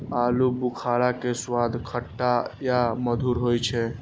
आलू बुखारा के स्वाद खट्टा आ मधुर होइ छै